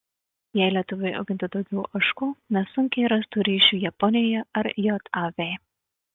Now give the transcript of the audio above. jei lietuviai augintų daugiau ožkų nesunkiai rastų ryšių japonijoje ar jav